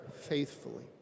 faithfully